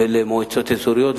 ולמועצות אזוריות,